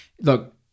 look